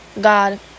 God